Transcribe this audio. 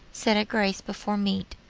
said a grace before meat,